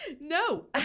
No